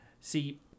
see